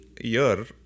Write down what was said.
year